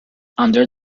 under